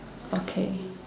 okay